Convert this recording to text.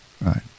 right